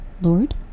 lord